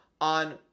on